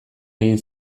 egin